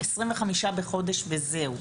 25 בחודש וזהו.